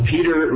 Peter